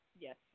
Yes